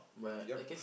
yup